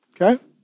Okay